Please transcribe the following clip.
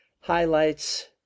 highlights